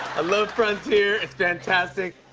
i love frontier, it's fantastic.